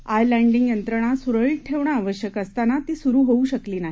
islanding यंत्रणा सुरळीत ठेवणं आवश्यक असताना ती सुरू होऊ शकली नाही